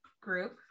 group